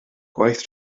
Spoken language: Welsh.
gwaith